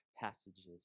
passages